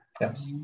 Yes